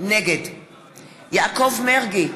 נגד יעקב מרגי,